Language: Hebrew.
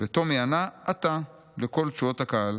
וטומי ענה: 'אתה', לקול תשואות הקהל.